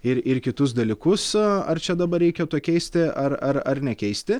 ir ir kitus dalykus ar čia dabar reikia to keisti ar ar nekeisti